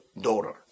daughter